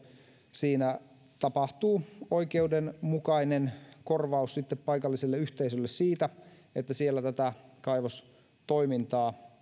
siinä tapahtuu oikeudenmukainen korvaus paikalliselle yhteisölle siitä että siellä tätä kaivostoimintaa